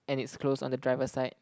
and it's closed on the driver side